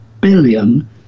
billion